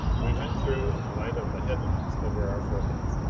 we went through in the light of the headlamps over our foreheads.